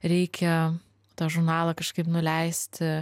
reikia tą žurnalą kažkaip nuleisti